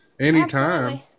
Anytime